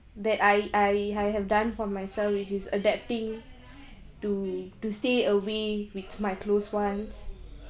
that I I have done for myself which is adapting to to stay away with my close ones